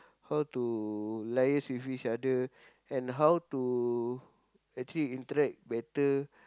how to liaise with each other and how to actually interact better